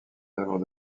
œuvres